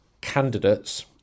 candidates